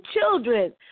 children